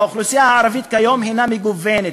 האוכלוסייה הערבית כיום הנה מגוונת.